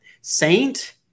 Saint